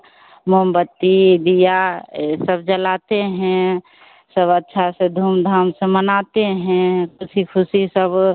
मोमबत्ती दिया यह सब जलाते हैं सब अच्छा से धूम धाम से मनाते हैं खुशी खुशी सब